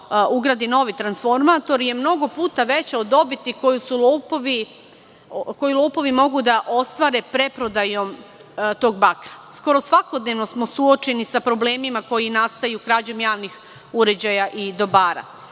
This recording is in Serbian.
ugradi novi transformator, je mnogo puta veća od dobiti koju lopovi mogu da ostvare preprodajom tog bakra. Skoro svakodnevno smo suočeni sa problemima koji nastaju krađom javnih uređaja i dobara.